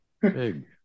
big